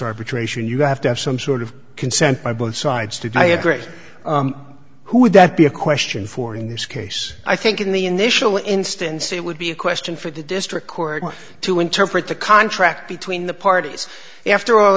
arbitration you have to have some sort of consent by both sides to agree who would that be a question for in this case i think in the initial instance it would be a question for the district court to interpret the contract between the parties after all